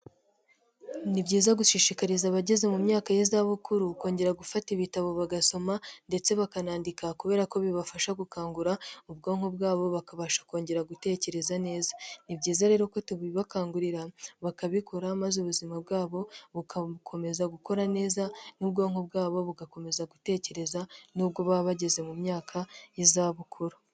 Ni byiza gushishikariza abageze mu myaka y'izabukuru kongera gufata ibitabo bagasoma ndetse bakanandika kubera ko bibafasha gukangura ubwonko bwabo bakabasha kongera gutekereza neza. Ni byiza rero ko tubibakangurira bakabikora maze ubuzima bwabo bukakomeza gukora neza n'ubwonko bwabo bugakomeza gutekereza nubwo baba bageze mu myaka y'izabukuru.